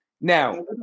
Now